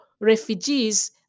refugees